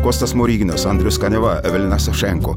kostas smoriginas andrius kaniava evelina sašenko